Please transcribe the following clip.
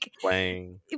Playing